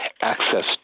access